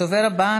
הדובר הבא,